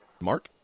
Mark